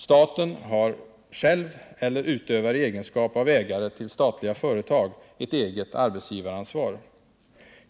Staten har själv eller utövar i egenskap av ägare till statliga företag ett eget arbetsgivaransvar.